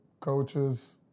coaches